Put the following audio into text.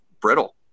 brittle